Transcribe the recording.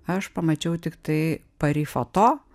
aš pamačiau tiktai pari foto